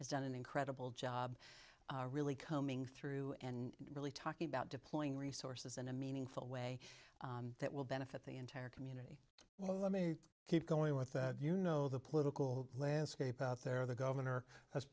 has done an incredible job really combing through and really talking about deploying resources in a meaningful way that will benefit the end well let me keep going with that you know the political landscape out there the governor has